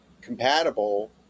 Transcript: compatible